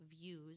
views